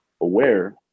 aware